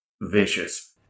vicious